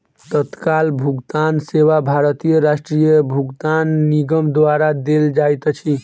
तत्काल भुगतान सेवा भारतीय राष्ट्रीय भुगतान निगम द्वारा देल जाइत अछि